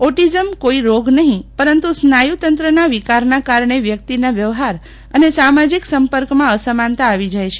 autism કોઇ રોગ નહી પરંતુ સ્નાયુતંત્રનાં વિકારનાં કારણે વ્યક્તિના વ્યવહાર અને સામાજીક સંપર્કમાં અસમાનતા આવી જાય છે